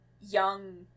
young